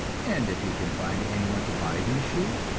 and if he can find anyone to buy these shoes,